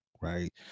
Right